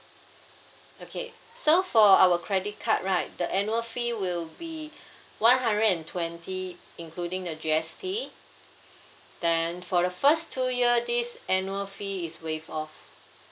okay so for our credit card right the annual fee will be one hundred and twenty including the G_S_T then for the first two year this annual fee is waived off